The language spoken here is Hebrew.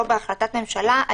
לא בהחלטת ממשלה.